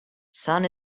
sun